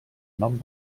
nom